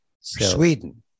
sweden